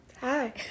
Hi